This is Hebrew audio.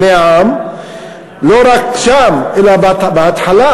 בני העם, לא רק שם, אלא בהתחלה.